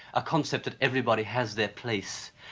a concept that everybody has their place,